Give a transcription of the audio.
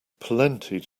plenty